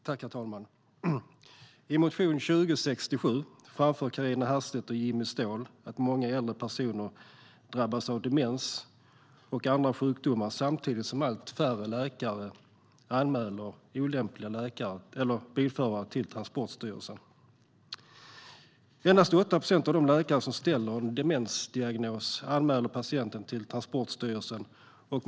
Herr talman! I motion 2015/16:2067 framför Carina Herrstedt och Jimmy Ståhl att många äldre personer drabbas av demens och andra sjukdomar samtidigt som allt färre läkare anmäler olämpliga bilförare till Transportstyrelsen. Endast 8 procent av de läkare som ställer en demensdiagnos anmäler patienten till Transportstyrelsen.